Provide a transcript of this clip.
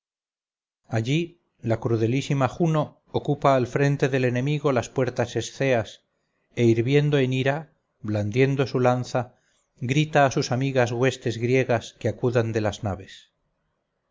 allí la crudelísima juno ocupa al frente del enemigo las puertas esceas e hirviendo en ira blandiendo su lanza grita a sus amigas huestes griegas que acudan de las naves